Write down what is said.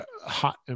hot